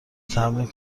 تمرین